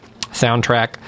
soundtrack